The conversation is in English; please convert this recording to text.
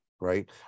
Right